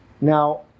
Now